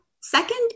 Second